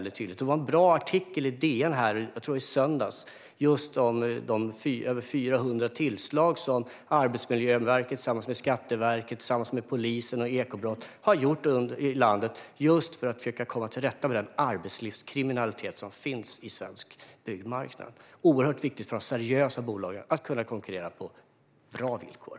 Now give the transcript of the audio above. Det var en bra artikel i DN - jag tror att det var i söndags - om de över 400 tillslag som Arbetsmiljöverket har gjort i landet tillsammans med Skatteverket och polisen. Det handlar just om att försöka komma till rätta med den arbetslivskriminalitet som finns när det gäller svensk byggmarknad. Det är oerhört viktigt för de seriösa bolagen att de kan konkurrera med bra villkor.